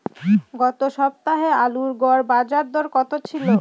গত সপ্তাহে আলুর গড় বাজারদর কত ছিল?